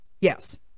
yes